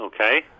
Okay